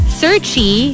searchy